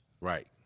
Right